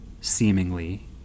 seemingly